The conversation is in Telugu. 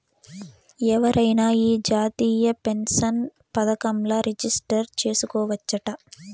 ఎవరైనా ఈ జాతీయ పెన్సన్ పదకంల రిజిస్టర్ చేసుకోవచ్చట